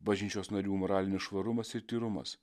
bažnyčios narių moralinis švarumas ir tyrumas